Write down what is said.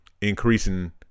increasing